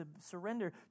surrender